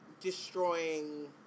destroying